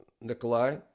Nikolai